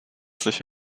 sich